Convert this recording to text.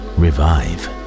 revive